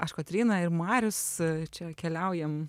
aš kotryna ir marius čia keliaujam